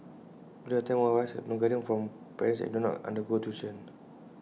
during our time most of us had no guidance from parents and did not undergo tuition